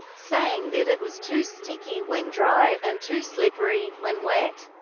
saying that it was too sticky when dry, and too slippery when wet.